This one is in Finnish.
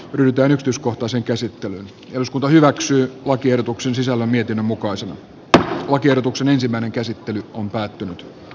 rytölystyskohtaiseen käsittelyyn eduskunta hyväksyi lakiehdotuksen sisällön niityn mukaan syy tähän on tiedotuksen ensimmäinen käsittely on päättynyt